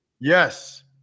Yes